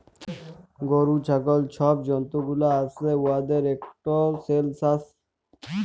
গরু, ছাগল ছব জল্তুগুলা আসে উয়াদের ইকট সেলসাস